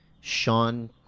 Sean